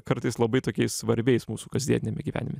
kartais labai tokiais svarbiais mūsų kasdieniame gyvenime